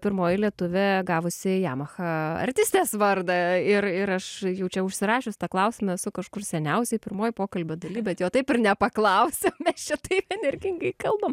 pirmoji lietuvė gavusi yamaha artistės vardą ir ir aš jau čia užsirašius tą klausimą esu kažkur seniausiai pirmoj pokalbio daly bet jo taip ir nepaklausiau mes čia taip energingai kalbam